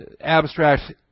abstract